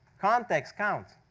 context counts.